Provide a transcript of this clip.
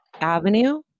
avenue